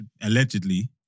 allegedly